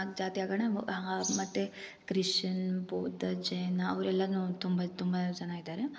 ನಾಲ್ಕು ಜಾತಿಯಾಗಣ ಮತ್ತು ಕ್ರಿಶ್ಯನ್ ಬೌದ್ಧ ಜೈನ ಅವ್ರು ಎಲ್ಲಾ ತುಂಬ ತುಂಬ ಜನ ಇದ್ದಾರೆ